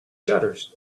shutters